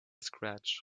scratch